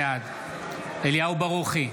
בעד אליהו ברוכי,